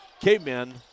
caveman